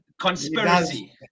conspiracy